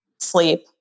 sleep